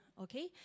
okay